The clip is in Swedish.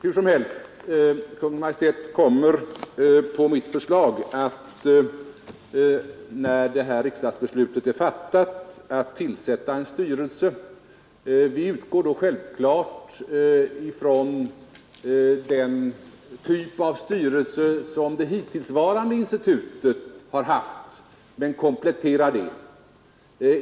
När detta riksdagsbeslut är fattat kommer Kungl. Maj:t att på mitt förslag tillsätta en styrelse. Vi utgår då självklart från den typ av styrelse som det hittillsvarande institutet har haft men kompletterar den.